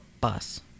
bus